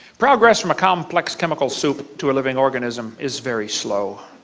progress from a complex chemical soup to a living organism is very slow.